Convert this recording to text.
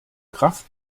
kraft